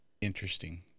interesting